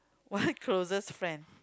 one closest friend